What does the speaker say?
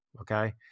Okay